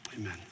Amen